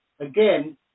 again